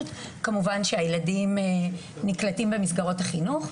כמובן שהילדים נקלטים במסגרות החינוך.